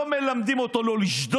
לא מלמדים אותו לא לשדוד.